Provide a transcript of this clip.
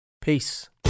Peace